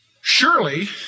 Surely